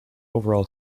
overall